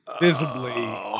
visibly